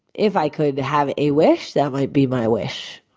if i could have a wish, that might be my wish.